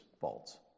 faults